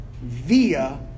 via